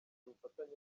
ubufatanye